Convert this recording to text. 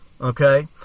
okay